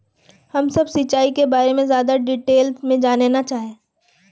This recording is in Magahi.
हम सब सिंचाई के बारे में ज्यादा डिटेल्स में जाने ला चाहे?